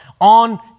on